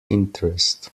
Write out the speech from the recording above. interest